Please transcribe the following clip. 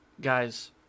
guys